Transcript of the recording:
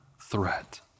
threat